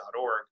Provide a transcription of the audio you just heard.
.org